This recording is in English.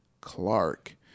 Clark